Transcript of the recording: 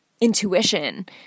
intuition